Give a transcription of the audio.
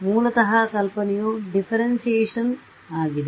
ಮೂಲತಃ ಕಲ್ಪನೆಯು ಡಿಫ್ಫೆರೆನ್ಶಿಯೇಷನ್ ಆಗಿದೆ